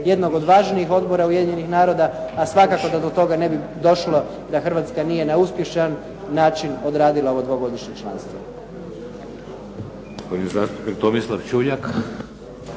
jednog od važnijih odbora Ujedinjenih naroda a svakako da do toga ne bi došlo da Hrvatska nije na uspješan način odradila ovo dvogodišnje članstvo. **Šeks, Vladimir